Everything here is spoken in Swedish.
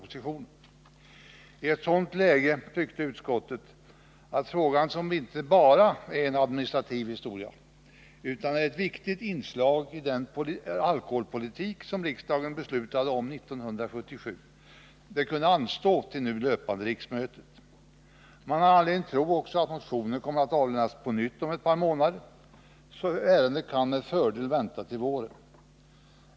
I ett Onsdagen den sådant läge tycker utskottet att frågan, som inte bara är en administrativ 28 november 1979 historia utan ett viktigt inslag i den alkoholpolitik som riksdagen beslutade om 1977, kunde anstå till det nu löpande riksmötet. Man har också anledning Förenklat deklatro att motioner kommer att avlämnas på nytt om ett par månader, så ärendet kan med fördel vänta till våren.